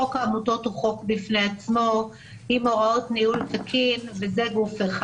חוק העמותות הוא חוק בפני עצמו עם הוראות ניהול תקין וזה גוף אחד.